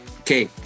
Okay